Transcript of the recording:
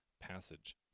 passage